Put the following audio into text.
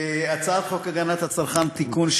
הצעת חוק הגנת הצרכן (תיקון מס'